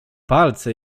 palce